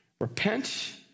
Repent